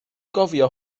gofio